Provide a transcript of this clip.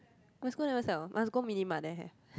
my school never sell must go mini mart then have